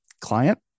client